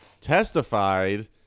testified